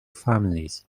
families